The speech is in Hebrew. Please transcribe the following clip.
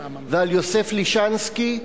ועל יוסף לישנסקי,